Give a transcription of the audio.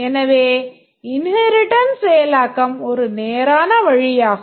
எனவே இன்ஹேரிட்டன்ஸ் செயலாக்கம் ஒரு நேரான வழியாகும்